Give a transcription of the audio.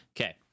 okay